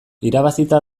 irabazita